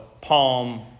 Palm